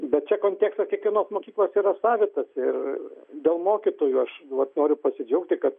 bet čia kontekstas kiekvienos mokyklos yra savitas ir dėl mokytojų aš vat noriu pasidžiaugti kad